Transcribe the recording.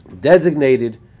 designated